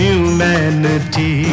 Humanity